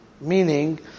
Meaning